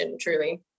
truly